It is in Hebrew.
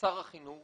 שר החינוך